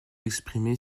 exprimée